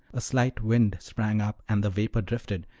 a slight wind sprang up and the vapor drifted,